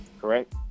Correct